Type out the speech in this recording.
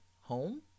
home